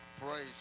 Praise